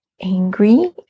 angry